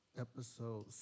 episode